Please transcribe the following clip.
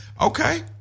Okay